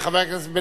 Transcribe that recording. חבר הכנסת בן-ארי,